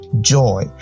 joy